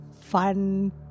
fun